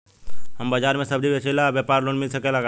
हमर बाजार मे सब्जी बेचिला और व्यापार लोन मिल सकेला?